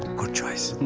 good choice.